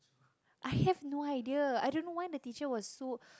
I have no idea I don't know why the teacher was so